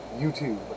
YouTube